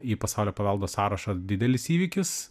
į pasaulio paveldo sąrašą didelis įvykis